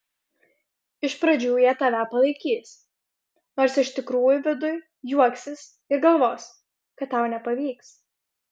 iš pradžių jie tave palaikys nors iš tikrųjų viduj juoksis ir galvos kad tau nepavyks